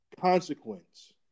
consequence